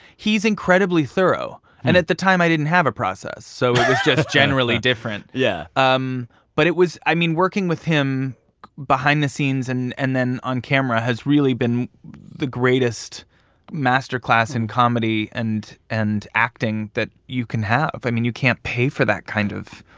he's incredibly thorough. and at the time, i didn't have a process so it was just generally different yeah um but it was i mean, working with him behind the scenes and and then on camera has really been the greatest master class in comedy and and acting that you can have. i mean, you can't pay for that kind of.